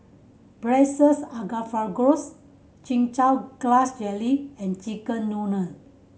Braised Asparagus Chin Chow Grass Jelly and chicken noodle